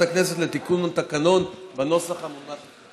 הכנסת לתיקון התקנון בנוסח המונח בפניכם.